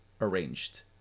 arranged